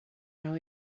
how